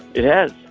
it has.